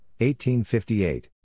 1858